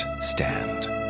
stand